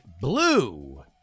blue